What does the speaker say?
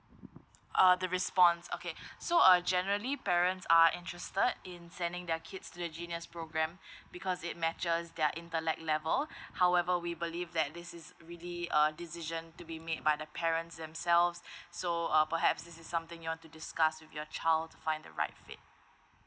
uh the response okay so uh generally parents are interested in sending their kids to the genius programme because it matches their intellect level however we believe that this is really a decision to be made by the parents themselves so uh perhaps this is something you want to discuss with your child to find the right fit